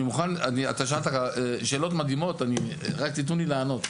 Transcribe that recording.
אתה שאלת שאלות מדהימות, רק תיתנו לי לענות.